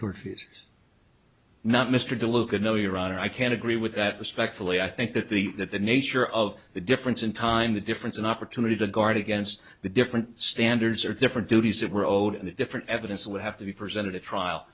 refuse not mr deluca no your honor i can agree with that respectfully i think that the that the nature of the difference in time the difference in opportunity to guard against the different standards are different duties that were owed in a different evidence would have to be presented at trial